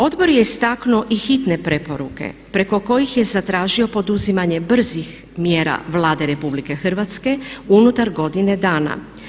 Odbor je istaknuo i hitne preporuke preko kojih je zatražio poduzimanje brzih mjera Vlade RH unutar godine dana.